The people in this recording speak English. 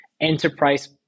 enterprise